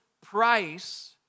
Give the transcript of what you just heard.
price